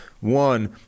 one